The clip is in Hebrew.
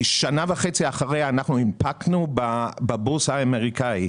שנה וחצי אחרי הנפקנו בבורסה האמריקאית.